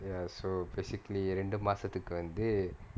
ya so basically ரெண்டு மாசத்துக்கு வந்து:rendu maasathukku vanthu